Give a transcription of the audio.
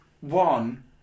one